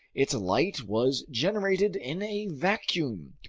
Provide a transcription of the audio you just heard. its light was generated in a vacuum,